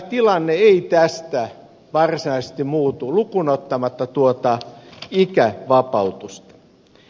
tilanne ei tästä varsinaisesti muutu lukuun ottamatta tuota ikävapautusta